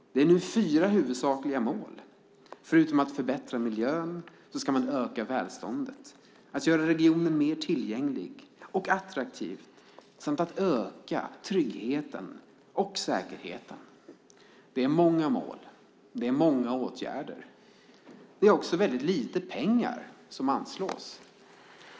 Det är nu fyra huvudsakliga mål. Förutom att förbättra miljön ska man öka välståndet, göra regionen mer tillgänglig och attraktiv samt öka tryggheten och säkerheten. Det är många mål och många åtgärder. Det också väldigt lite pengar som anslås.